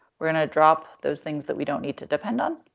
we're going to drop those things that we don't need to depend on.